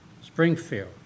Springfield